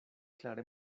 klare